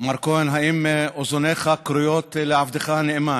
מר כהן, האם אוזניך כרויות לעבדך הנאמן?